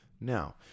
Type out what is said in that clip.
Now